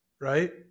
right